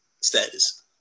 status